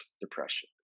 depression